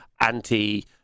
anti-